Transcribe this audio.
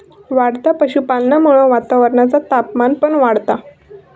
वाढत्या पशुपालनामुळा वातावरणाचा तापमान पण वाढता